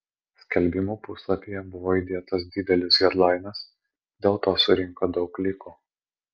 skelbimų puslapyje buvo įdėtas didelis hedlainas dėl to surinko daug klikų